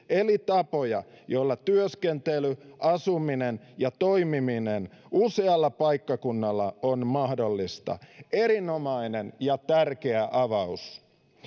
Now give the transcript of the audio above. eli tavoista joilla työskentely asuminen ja toimiminen usealla paikkakunnalla on mahdollista erinomainen ja tärkeä avaus